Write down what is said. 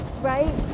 right